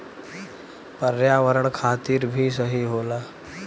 पर्यावरण खातिर भी सही होला